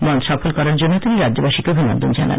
বনধ সফল করার জন্য তিনি রাজ্যবাসীকে অভিনন্দন জানান